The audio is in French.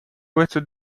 ouest